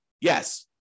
Yes